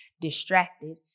distracted